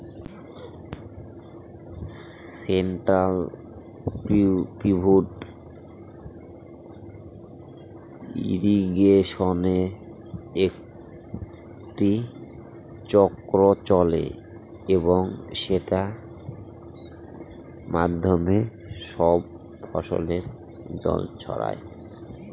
central pivot ইর্রিগেশনে একটি চক্র চলে এবং সেটার মাধ্যমে সব ফসলে জল ছড়ায়